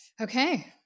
Okay